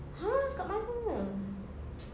!huh! dekat mana